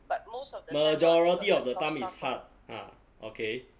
majority of the time is hard